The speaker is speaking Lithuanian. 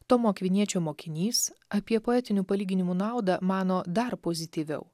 tomo akviniečio mokinys apie poetinių palyginimų naudą mano dar pozityviau